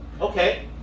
okay